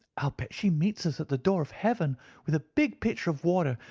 i'll bet she meets us at the door of heaven with a big pitcher of water,